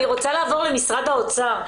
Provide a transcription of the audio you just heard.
אני רוצה לעבור למשרד האוצר,